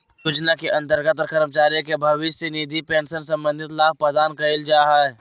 योजना के अंतर्गत कर्मचारी के भविष्य निधि पेंशन संबंधी लाभ प्रदान कइल जा हइ